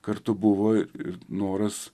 kartu buvo ir noras